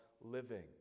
living